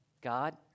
God